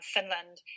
Finland